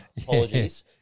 apologies